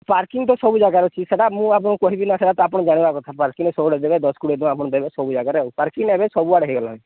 parking ତ ସବୁ ଜାଗାରେ ଅଛି ସେଟା ମୁଁ ଆପଣ କହିବି ନା ସେଟା ତ ଆପଣ ଜାଣିବା କଥା ପାର୍କିଂ ସବୁଡ଼ ଦେବେ ଦଶ କୋଡ଼ିଏ ଆଣ ଦେବେ ସବୁ ଜାଗାରେ ଆଉ ପାର୍କିଂ ନେବେ ସବୁଆଡ଼େ ହେଇଗଲାଣି